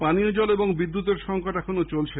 পানীয় জল ও বিদ্যুতের সংকট এখনও চলছে